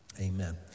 Amen